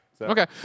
Okay